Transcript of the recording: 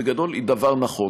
בגדול זה דבר נכון.